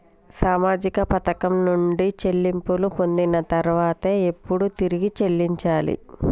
సామాజిక పథకం నుండి చెల్లింపులు పొందిన తర్వాత ఎప్పుడు తిరిగి చెల్లించాలి?